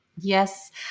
Yes